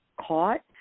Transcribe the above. caught